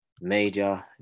major